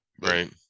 right